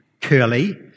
Curly